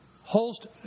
Holst